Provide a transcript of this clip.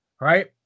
Right